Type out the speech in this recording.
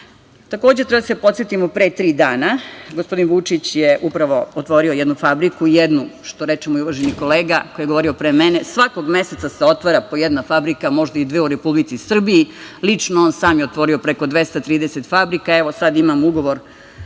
treba da se podsetimo pre tri dana, gospodin Vučić je upravo otvorio jednu fabriku, jednu, što reče moj uvaženi kolega, koji je govorio pre mene, svakog meseca se otvara po jedna fabrika, možda i dve u Republici Srbiji. Lično on sam je otvorio preko 230 fabrika, evo sada imamo ugovor,